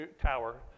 Tower